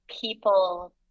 people